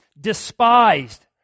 despised